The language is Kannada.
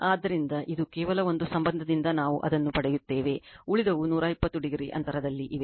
ಆದ್ದರಿಂದ ಇದು ಕೇವಲ ಒಂದು ಸಂಬಂಧದಿಂದ ನಾವು ಅದನ್ನು ಪಡೆಯುತ್ತೇವೆ ಉಳಿದವು 120o ಅಂತರದಲ್ಲಿ ಇವೆ